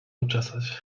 uczesać